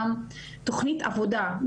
גם תוכנית עבודה.